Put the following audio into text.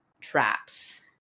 traps